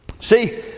See